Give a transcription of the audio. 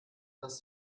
das